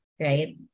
right